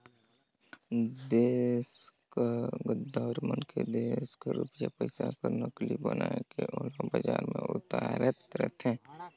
देस कर गद्दार मन देस कर रूपिया पइसा कर नकली बनाए के ओला बजार में उताएर देथे